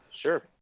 Sure